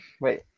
Wait